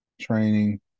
training